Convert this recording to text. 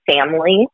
family